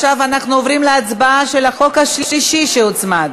עכשיו אנחנו עוברים להצבעה של החוק השלישי שהוצמד.